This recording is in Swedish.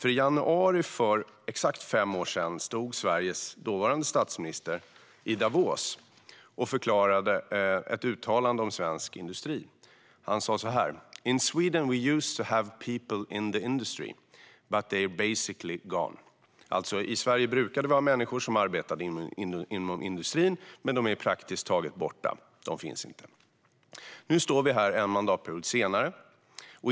I januari för fem år sedan stod Sveriges dåvarande statsminister i Davos och gjorde ett uttalande om svensk industri. Han sa så här: In Sweden we used to have people in the industry, but they are basically gone. Det betyder: I Sverige hade vi tidigare människor som arbetade inom industrin, men de är praktiskt taget borta. De finns inte. Nu står vi här en mandatperiod senare.